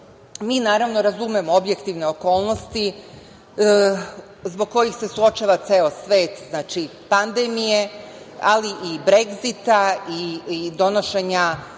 mi razumemo objektivne okolnosti zbog kojih se suočava ceo svet, znači pandemije, ali i Bregzita i donošenja